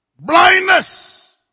Blindness